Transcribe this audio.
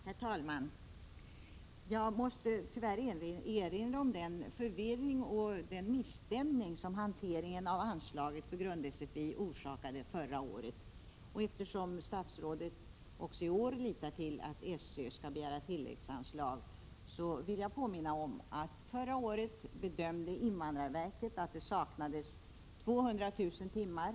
Herr talman! Jag måste tyvärr erinra om den förvirring och misstämning som hanteringen av anslagen till grund-SFI förorsakade förra året. Eftersom statsrådet också i år litar till att SÖ skall begära tilläggsanslag, vill jag påminna om att invandrarverket förra året bedömde att det saknades 200 000 timmar.